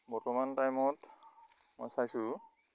বৰ্তমান টাইমত মই চাইছোঁ